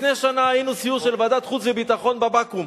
לפני שנה היינו, סיור של ועדת חוץ וביטחון בבקו"ם,